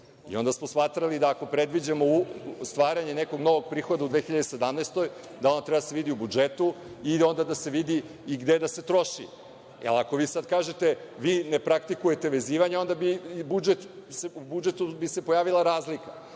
Onda smo smatrali da ako predviđamo stvaranje nekog novog prihoda u 2017. godini, da on treba da se vidi u budžetu i onda da se vidi i gde da se troši. Ako vi sad kažete da vi ne praktikujete vezivanje, onda bi se u budžetu pojavila razlika.